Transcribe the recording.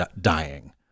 dying